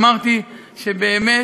אמרתי שבאמת